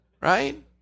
right